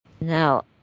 Now